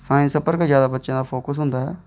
science पर गै जादा बच्चें दा फोकस होंदा ऐ